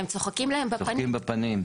הם צוחקים להם בפנים.